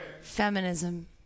Feminism